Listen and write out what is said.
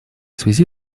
связи